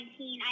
2019